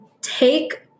take